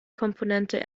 komponente